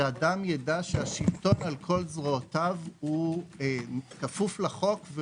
שאדם יידע שהשלטון על כל זרועותיו הוא כפוף לחוק.